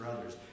others